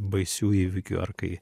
baisių įvykių ar kai